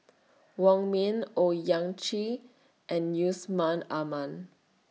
Wong Ming Owyang Chi and Yusman Aman